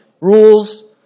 Rules